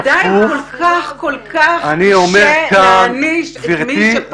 עדיין כל כך קשה להעניש את מי שפשע.